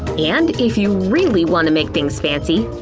and if you really want to make things fancy,